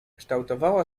kształtowała